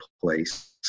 place